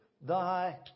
thy